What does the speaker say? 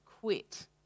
quit